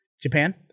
Japan